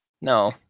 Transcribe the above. No